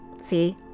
see